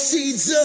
Seeds